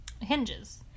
Hinges